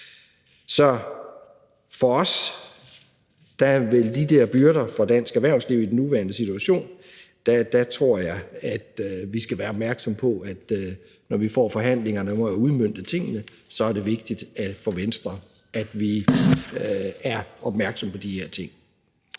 Så hvad angår de der byrder for dansk erhvervsliv i den nuværende situation, tror jeg, at vi skal være opmærksomme på dem. Når vi skal forhandle og have udmøntet tingene, er det vigtigt for Venstre, at vi er opmærksomme på de her ting.